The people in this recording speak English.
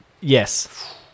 Yes